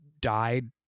died